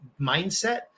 mindset